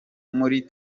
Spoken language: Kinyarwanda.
muri